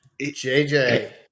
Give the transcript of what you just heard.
JJ